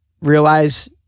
realize